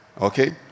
Okay